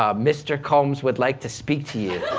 ah mr. combs would like to speak to you.